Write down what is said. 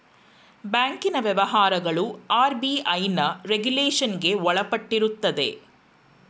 ಬ್ಯಾಂಕಿನ ವ್ಯವಹಾರಗಳು ಆರ್.ಬಿ.ಐನ ರೆಗುಲೇಷನ್ಗೆ ಒಳಪಟ್ಟಿರುತ್ತದೆ